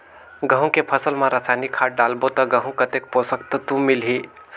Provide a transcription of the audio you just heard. गंहू के फसल मा रसायनिक खाद डालबो ता गंहू कतेक पोषक तत्व मिलही?